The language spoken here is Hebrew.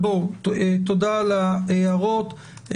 תודה על ההערות.